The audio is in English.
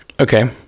Okay